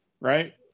right